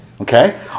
Okay